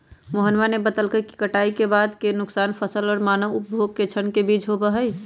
मोहनवा ने बतल कई कि कटाई के बाद के नुकसान फसल और मानव उपभोग के क्षण के बीच होबा हई